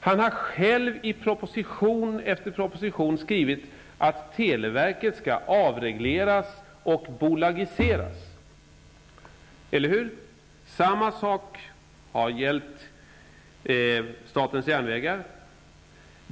I proposition efter proposition har han själv skrivit att televerket skall avregleras och bolagiseras. Är det inte så, Georg Andersson? Samma sak har gällt statens järnvägar.